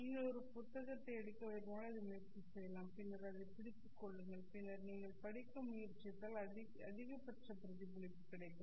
நீங்கள் ஒரு புத்தகத்தை எடுக்க விரும்பினால் இதை முயற்சி செய்யலாம் பின்னர் அதைப் பிடித்துக் கொள்ளுங்கள் பின்னர் நீங்கள் படிக்க முயற்சித்தால் அதிகபட்ச பிரதிபலிப்பு கிடைக்கும்